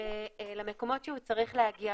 למקומות שהוא צריך להגיע.